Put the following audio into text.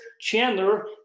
Chandler